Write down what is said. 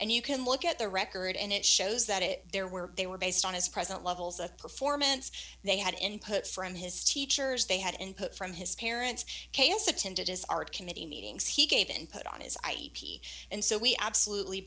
and you can look at the record and it shows that it there were they were based on his present levels of performance they had input from his teachers they had input from his parents k s attended his art committee meetings he gave input on his ip and so we absolutely